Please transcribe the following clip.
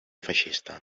feixista